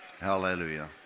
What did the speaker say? Hallelujah